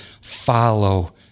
follow